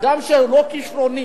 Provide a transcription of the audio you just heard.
שאדם שהוא לא כשרוני,